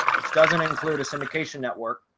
which doesn't include a syndication network.